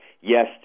yes